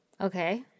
Okay